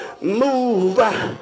move